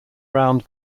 round